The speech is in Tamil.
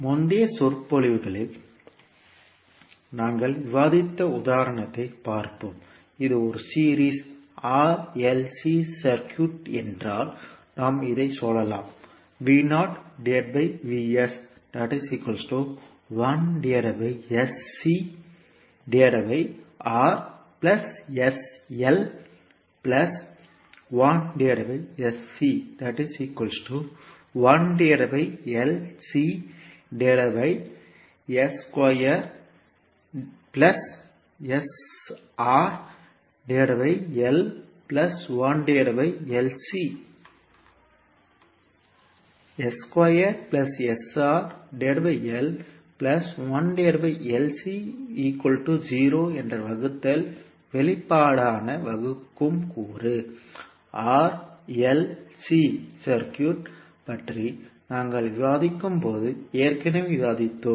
முந்தைய சொற்பொழிவில் நாங்கள் விவாதித்த உதாரணத்தைப் பார்ப்போம் இது ஒரு series R L C circuit என்றால் நாம் இதைச் சொல்லலாம் என்ற வகுத்தல் வெளிப்பாடான வகுக்கும் கூறு R L C சர்க்யூட் பற்றி நாங்கள் விவாதிக்கும்போது ஏற்கனவே விவாதித்தோம்